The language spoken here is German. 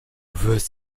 wirst